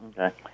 Okay